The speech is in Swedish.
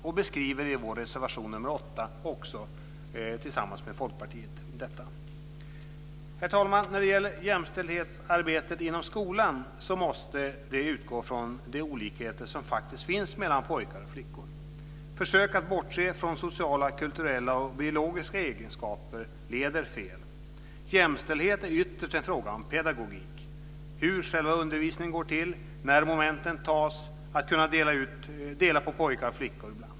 Vi beskriver i vår reservation nr 8 tillsammans med Folkpartiet detta. Herr talman! Jämställdhetsarbetet inom skolan måste utgå från de olikheter som faktiskt finns mellan pojkar och flickor. Försök att bortse från sociala, kulturella och biologiska egenskaper leder fel. Jämställdhet är ytterst en fråga om pedagogik. Det handlar om hur själva undervisningen går till, när momenten tas och att ibland kunna dela på pojkar och flickor.